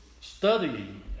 studying